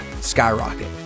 skyrocket